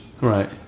Right